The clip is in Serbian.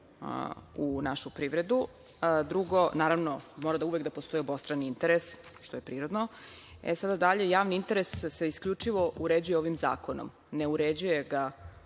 u našu privredu. Drugo, naravno, mora uvek da postoji obostrani interes, što je prirodno. E, sada dalje, javni interes se isključivo uređuje ovim zakonom, ne uređuje ga